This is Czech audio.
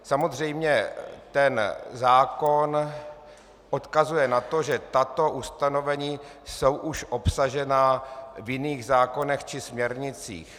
Samozřejmě ten zákon odkazuje na to, že tato ustanovení jsou už obsažena v jiných zákonech či směrnicích.